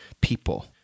people